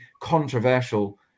controversial